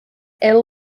ill